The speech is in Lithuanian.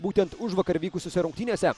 būtent užvakar vykusiose rungtynėse